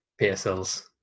PSLs